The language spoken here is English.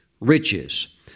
riches